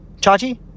Chachi